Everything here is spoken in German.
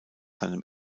seinem